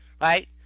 right